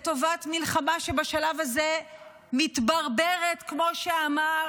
לטובת מלחמה שבשלב הזה מתברברת, כמו שאמר